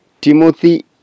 Timothy